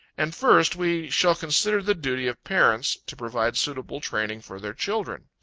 and first we shall consider the duty of parents, to provide suitable training for their children.